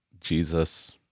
Jesus